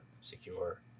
secure